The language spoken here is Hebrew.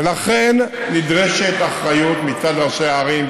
ולכן נדרשת אחריות מצד ראשי הערים.